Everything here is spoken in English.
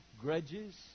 grudges